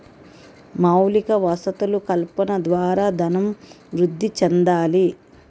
మౌలిక వసతులు కల్పన ద్వారా ధనం వృద్ధి చెందాలి